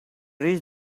reached